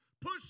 push